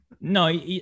No